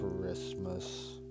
Christmas